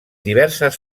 diverses